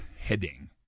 heading